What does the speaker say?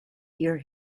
hear